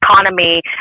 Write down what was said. economy